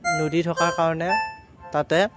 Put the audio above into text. নদী থকাৰ কাৰণে তাতে